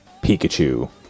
Pikachu